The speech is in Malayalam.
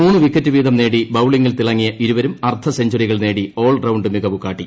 മൂന്ന് വിക്കറ്റ് വീതം നേടി ബൌളിംഗിൽ തിളങ്ങിയ ഇരുവരും അർദ്ധസെഞ്ചുറി കൾ നേടി ഓൺ റൌണ്ട് മികവു കാട്ടി